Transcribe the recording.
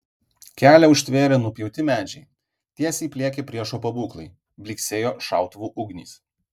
kelią užtvėrė nupjauti medžiai tiesiai pliekė priešo pabūklai blyksėjo šautuvų ugnys